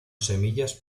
semillas